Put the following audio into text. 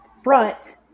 front